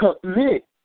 Commit